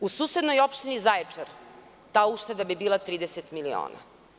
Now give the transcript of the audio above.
U susednoj opštini Zaječar ta ušteda bi bila 30 miliona.